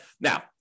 Now